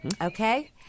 Okay